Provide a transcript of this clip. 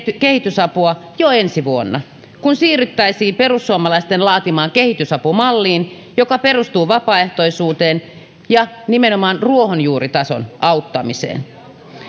kehitysapua jo ensi vuonna kun siirryttäisiin perussuomalaisten laatimaan kehitysapumalliin joka perustuu vapaaehtoisuuteen ja nimenomaan ruohonjuuritason auttamiseen